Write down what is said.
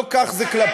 לא כך זה.